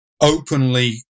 openly